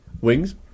Wings